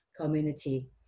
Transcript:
community